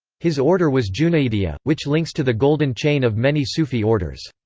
his order was junaidia, which links to the golden chain of many sufi orders.